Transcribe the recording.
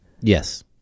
Yes